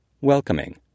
welcoming